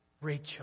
Rachel